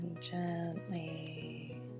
Gently